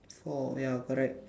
four ya correct